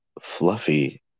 Fluffy